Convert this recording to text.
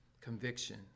conviction